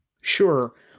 Sure